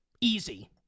Easy